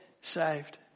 saved